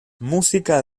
música